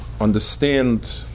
understand